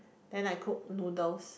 then I cook noodles